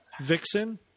Vixen